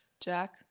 Jack